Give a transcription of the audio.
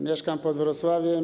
Mieszkam pod Wrocławiem.